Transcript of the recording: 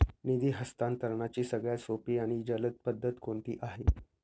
निधी हस्तांतरणाची सगळ्यात सोपी आणि जलद पद्धत कोणती आहे?